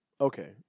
Okay